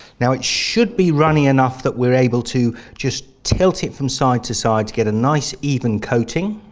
now it should be runny enough that we're able to just tilt it from side to side to get a nice even coating.